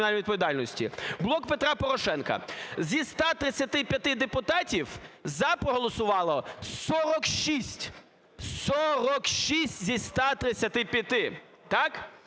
"Блок Петра Порошенка": зі 135 депутатів "за" проголосувало 46 – 46 зі 135-и, так.